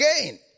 again